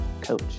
coach